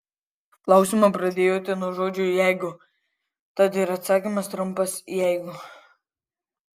klausimą pradėjote nuo žodžio jeigu tad ir atsakymas trumpas jeigu